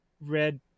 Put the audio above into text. red